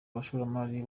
abashoramari